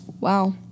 wow